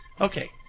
Okay